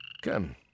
Come